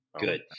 Good